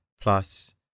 plus